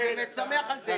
אני שמח על זה,